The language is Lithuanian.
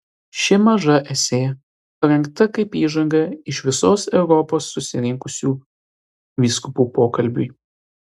ši maža esė parengta kaip įžanga iš visos europos susirinkusių vyskupų pokalbiui